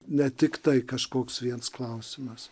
ne tik tai kažkoks viens klausimas